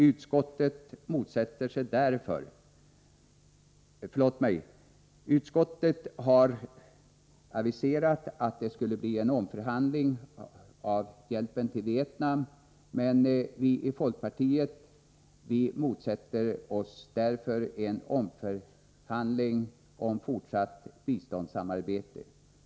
Utskottet har aviserat att det skall bli en omförhandling beträffande hjälpen till Vietnam, men vi i folkpartiet motsätter oss en omförhandling om fortsatt biståndssamarbete.